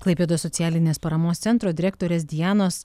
klaipėdos socialinės paramos centro direktorės dianos